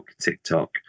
TikTok